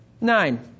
Nine